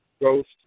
Ghost